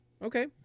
Okay